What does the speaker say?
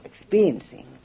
experiencing